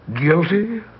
Guilty